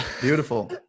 Beautiful